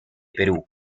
perú